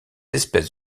espèces